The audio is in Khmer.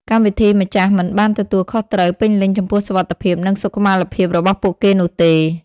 កម្មវិធីម្ចាស់មិនបានទទួលខុសត្រូវពេញលេញចំពោះសុវត្ថិភាព និងសុខុមាលភាពរបស់ពួកគេនោះទេ។